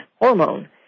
hormone